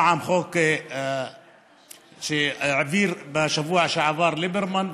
פעם חוק שהעביר בשבוע שעבר ליברמן,